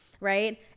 right